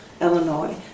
Illinois